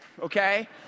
okay